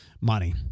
money